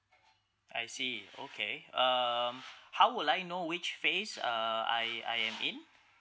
I see okay um how would I know which phase uh I I'm in